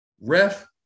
Ref